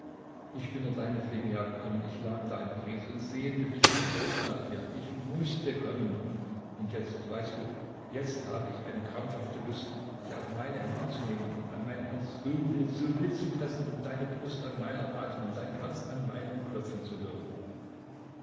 ich bin nur deinetwegen hergekommen ich lag da in paris und sehnte mich wie verrückt nach dir ich mußte kommen und jetzt weißt du jetzt habe ich eine krankhafte lust dich auf meine hände zu nehmen und an mein herz so wild so wild zu pressen und deine brust an meiner atmen dein herz an meinem klopfen zu hören